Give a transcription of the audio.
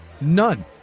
None